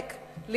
להילחם,